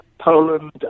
Poland